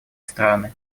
страны